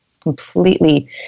completely